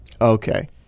Okay